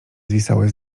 zwisały